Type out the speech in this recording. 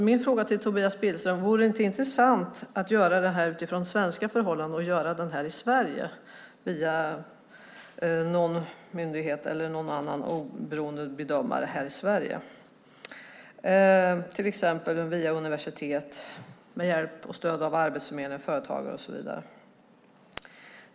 Min fråga till Tobias Billström är: Vore det inte intressant att göra den utredningen utifrån svenska förhållanden och göra den här i Sverige via någon myndighet eller någon oberoende bedömare, till exempel via universitet med hjälp och stöd från Arbetsförmedlingen, företagare och så vidare?